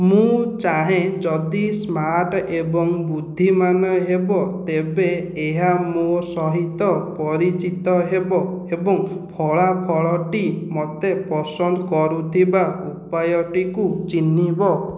ମୁଁ ଚାହେଁ ଯଦି ସ୍ମାର୍ଟ ଏବଂ ବୁଦ୍ଧିମାନ ହେବ ତେବେ ଏହା ମୋ ସହିତ ପରିଚିତ ହେବ ଏବଂ ଫଳାଫଳଟି ମୋତେ ପସନ୍ଦ କରୁଥିବା ଉପାୟଟିକୁ ଚିହ୍ନିବ